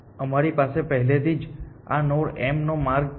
અમારી પાસે પહેલેથી જ આ નોડ m નો માર્ગ છે